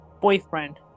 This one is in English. boyfriend